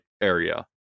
area